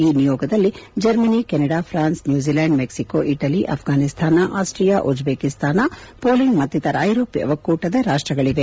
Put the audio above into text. ಈ ನಿಯೋಗದಲ್ಲಿ Germany Canada France New Zealand Mexico Italy Afghanistan ಆಸ್ವಿಯಾ ಉಜ್ಜೇಕಿಸ್ತಾನ ಪೋಲೆಂಡ್ ಮತ್ತಿತರ ಐರೋಪ್ಡ ಒಕ್ಕೂಟದ ರಾಷ್ಟಗಳವೆ